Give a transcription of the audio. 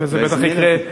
לא הזמינו אותי.